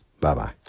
Bye-bye